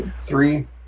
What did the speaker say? Three